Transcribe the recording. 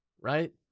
right